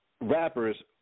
rappers